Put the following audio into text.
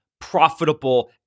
profitable